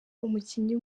umukinnyi